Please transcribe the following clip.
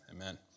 amen